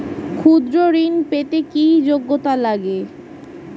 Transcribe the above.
ক্ষুদ্র ঋণ পেতে কি যোগ্যতা লাগে?